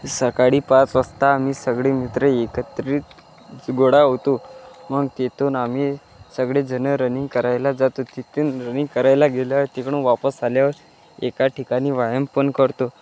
सकाळी पाच वाजता आम्ही सगळे मित्र एकत्रित गोळा होतो मग तिथून आम्ही सगळेजण रनिंग करायला जातो तिथून रनिंग करायला गेल्यावर तिकडून वापस आल्यावर एका ठिकाणी व्यायाम पण करतो